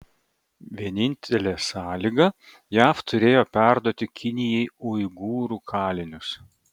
vienintelė sąlyga jav turėjo perduoti kinijai uigūrų kalinius